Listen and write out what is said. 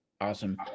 Awesome